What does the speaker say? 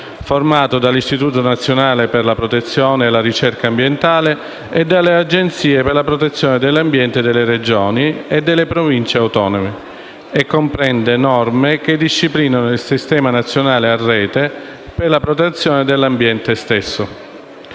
formato dall'Istituto nazionale per la protezione e la ricerca ambientale (ISPRA) e dalle Agenzie per la protezione dell'ambiente delle Regioni e delle Province autonome, e comprende norme che disciplinano il Sistema nazionale a rete per la protezione dell'ambiente stesso.